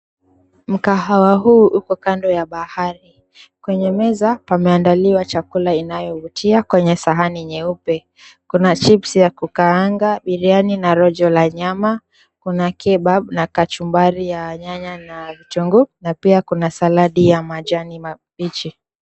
Mkahawa huu uko kando ya bahari .Kwenye meza pameandaliwa chakula inayovutia kwenye sahani nyeupe. Kuna chips ya kukaanga , biriani na rojo la nyama ,Kuna kebab na kachumbari ya nyanya na kitunguu ,na pia kuna saladi ya majani mabichi.